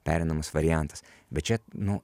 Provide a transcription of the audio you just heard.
pereinamas variantas bet čia nu